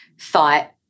thought